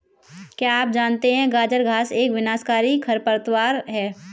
क्या आप जानते है गाजर घास एक विनाशकारी खरपतवार है?